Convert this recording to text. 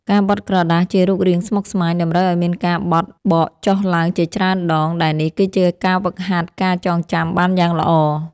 ការបត់ក្រដាសជារូបរាងស្មុគស្មាញ តម្រូវឱ្យមានការបត់បកចុះឡើងជាច្រើនដង ដែលនេះគឺជាការហ្វឹកហាត់ការចងចាំបានយ៉ាងល្អ។